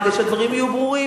כדי שהדברים יהיו ברורים.